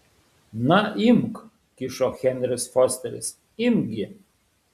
na imk kišo henris fosteris imk gi